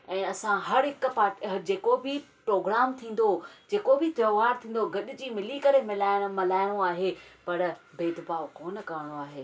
ऐं असां हर हिकु पा जेको बि प्रोग्राम थींदो जेको बि त्योहार थींदो गॾिजी मिली करे मल्हाइण मल्हाइणो आहे पर भेदभाव कोन करिणो आहे